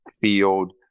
field